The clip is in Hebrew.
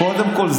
קודם כול,